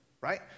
right